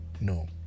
No